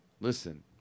Listen